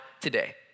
today